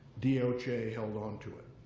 doj held onto it.